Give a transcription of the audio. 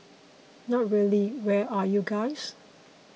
no really where are you guys